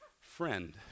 Friend